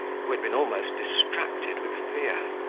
who had been almost distracted with fear.